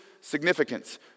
significance